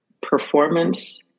performance